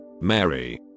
Mary